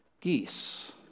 geese